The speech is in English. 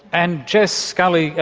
and jess scully,